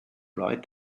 right